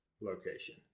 location